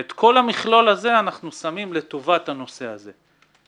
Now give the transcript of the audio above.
את כל המכלול הזה אנחנו שמים לטובת הנושא הזה.